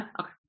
Okay